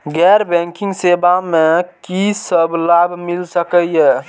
गैर बैंकिंग सेवा मैं कि सब लाभ मिल सकै ये?